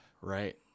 Right